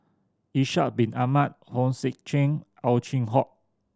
Ishak Bin Ahmad Hong Sek Chern Ow Chin Hock